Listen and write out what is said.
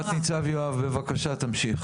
בבקשה תמשיך.